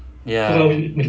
ya